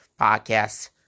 podcast